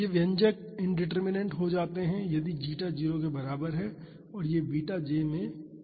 ये व्यंजक इंडिटर्मिनेन्ट हो जाते हैं यदि जीटा 0 के बराबर है और यह बीटा j में 1 हो जाता है